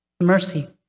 Mercy